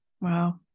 Wow